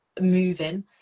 moving